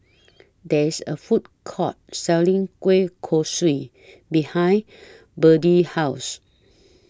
There IS A Food Court Selling Kueh Kosui behind Birdie's House